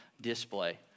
display